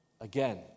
again